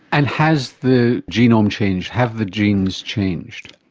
and has the genome changed, have the genes changed?